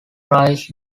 price